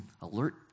Alert